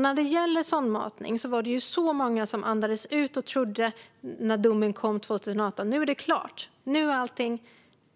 När det gäller sondmatning var det många som andades ut när domen kom och trodde att det nu var klart, att allt var